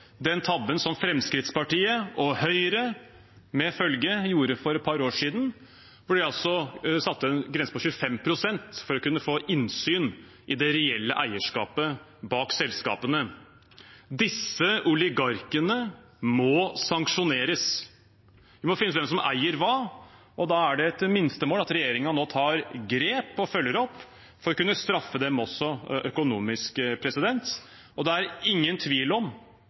den tabben som Fremskrittspartiet og Høyre med følge gjorde for et par år siden, hvor de satte en grense på 25 pst. for å kunne få innsyn i det reelle eierskapet bak selskapene. Disse oligarkene må sanksjoneres. Vi må finne ut hvem som eier hva, og da er det et minstemål at regjeringen nå tar grep og følger opp for å kunne straffe dem også økonomisk. Det er ingen tvil om